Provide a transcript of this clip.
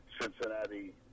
Cincinnati